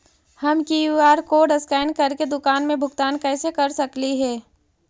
हम QR code scan करके दुकान में भुगतान कैसे कर सकली हे?